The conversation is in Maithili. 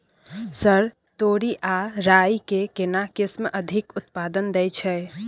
सर तोरी आ राई के केना किस्म अधिक उत्पादन दैय छैय?